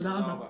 תודה רבה.